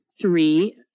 three